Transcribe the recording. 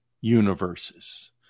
universes